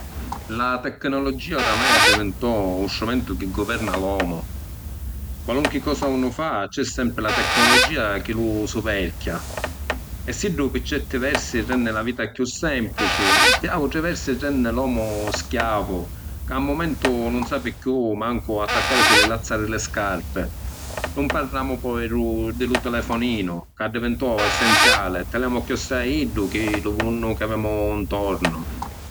La tecnologia, oramai, addivintò un strumentu chi guverna l’omu. Qualunqui cosa unu fa, c’è sempri la tecnologia chi lu suverchia. E siddu pi certi versi renni la vita chiù semplici, pi autri versi renni l’omu schiavu, ca a mumentu nun sapi chiù mancu attaccarisi li lazza di li scarpi. Nun parramu poi di lu telefoninu, ca addivintò essenziali e taliàmu cchiòssai a iddu chi lu munnu c’avemu intornu.